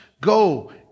Go